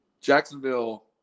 Jacksonville